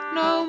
no